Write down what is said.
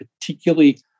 particularly